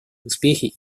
успехи